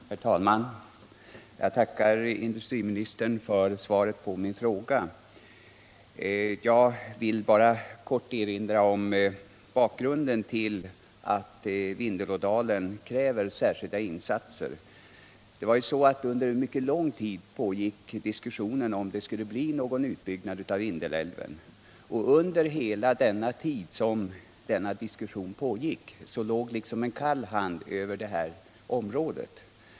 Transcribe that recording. Herr talman! Jag tackar industriministern för svaret på min fråga. Jag vill bara helt kort erinra om bakgrunden till att Vindelådalen kräver särskilda insatser. Under en mycket lång tid pågick diskussionen, om det skulle bli någon utbyggnad av Vindelälven, och under hela den tiden låg det liksom en kall hand över det här området.